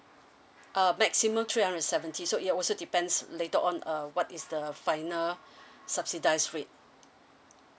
uh maximum three hundred and seventy so it also depends later on uh what is the final subsidize rate